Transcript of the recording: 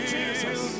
Jesus